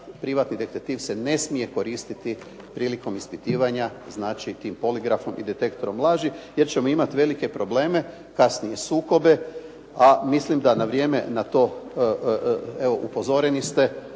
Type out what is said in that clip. privatni detektiv se ne smije koristiti prilikom ispitivanja, znači tim poligrafom i detektorom laži jer ćemo imati velike probleme, kasnije sukobe, a mislim da na vrijeme na to evo upozoreni ste